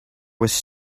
was